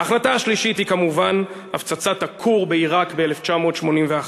ההחלטה השלישית היא כמובן הפצצת הכור בעיראק ב-1981.